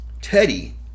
Teddy